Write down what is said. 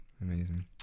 Amazing